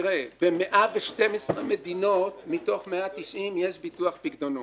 ב-112 מדינות מתוך 190 יש ביטוח פיקדונות.